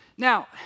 Now